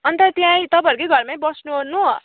अन्त त्यही तपाईँहरूकै घरमा बस्नु ओर्नु